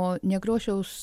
o nekrošiaus